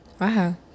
Wow